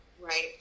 Right